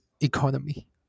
economy